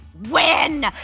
win